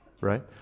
Right